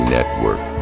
Network